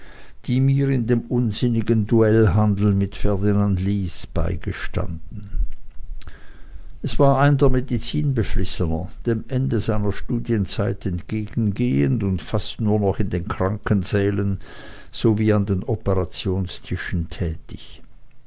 die mir in dem unsinnigen duellhandel mit ferdinand lys beigestanden es war ein der medizin beflissener dem ende seiner studienzeit entgegengehend und fast nur noch in den krankensälen sowie an den operationstischen tätig